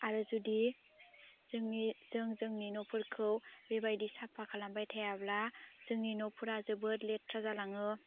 आरो जुदि जोंनि जों जोंनि न'फोरखौ बेबायदि साफा खालामबाय थायाब्ला जोंनि न'फोरा जोबोद लेथ्रा जालाङो